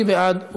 מי בעד?